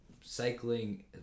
cycling